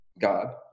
God